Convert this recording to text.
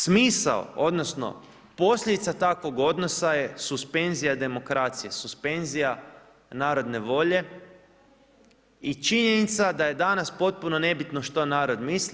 Smisao, odnosno posljedica takvog odnosa je suspenzija demokracije, suspenzija narodne volje i činjenica da je danas potpuno nebitno što narod misli.